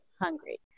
hungry